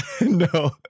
No